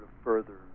further